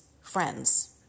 friends